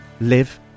live